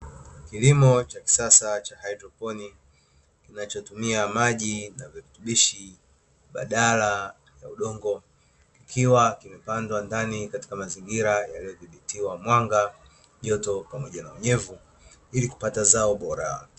Kilimo cha kisasa cha haiproponiki kinacho tumia maji na virutubishi badala ya udongo ikiwa kimepandwa ndani ya mazingira yaliyo dhibitiwa na mwanga, joto pamoja na unyevu ili kupata zao bora.